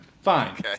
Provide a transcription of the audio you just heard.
Fine